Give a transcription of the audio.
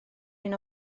hyn